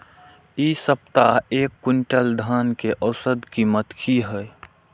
इ सप्ताह एक क्विंटल धान के औसत कीमत की हय?